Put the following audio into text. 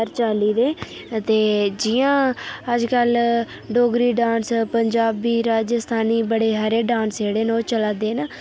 हर चाल्ली दे ते जियां अज्जकल डोगरी डांस पंजाबी राजस्थानी बड़े हारे डान्स जेह्ड़े न ओह् चलै दे न